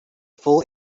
full